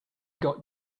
got